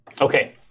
Okay